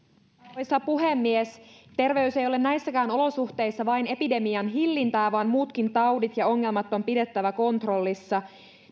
arvoisa puhemies terveys ei ole näissäkään olosuhteissa vain epidemian hillintää vaan muutkin taudit ja ongelmat on pidettävä kontrollissa